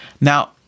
Now